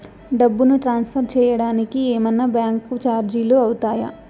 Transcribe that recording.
డబ్బును ట్రాన్స్ఫర్ సేయడానికి ఏమన్నా బ్యాంకు చార్జీలు అవుతాయా?